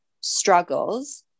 struggles